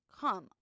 come